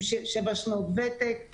עם שבע שנות ותק;